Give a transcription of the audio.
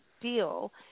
deal